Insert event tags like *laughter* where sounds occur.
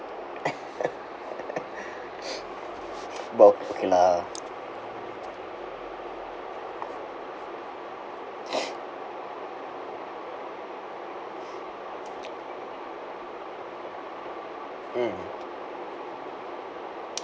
*laughs* but okay lah mm